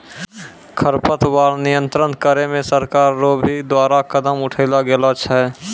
खरपतवार नियंत्रण करे मे सरकार रो भी द्वारा कदम उठैलो गेलो छै